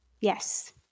Yes